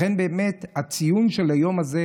לכן באמת הציון של היום הזה,